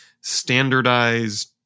standardized